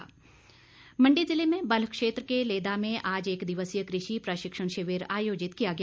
शिविर मंडी जिले में बल्ह क्षेत्र के लेदा में आज एक दिवसीय कृषि प्रशिक्षण शिविर आयोजित किया गया